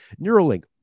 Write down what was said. Neuralink